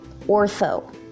ortho